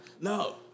No